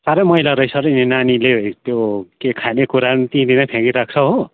साह्रै मैला रहेछ र नानीले त्यो के खाने कुरा पनि त्यहीँनिर फ्याँकिरहेको हो